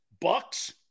Bucks